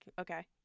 okay